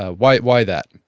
ah why why that?